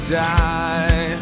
die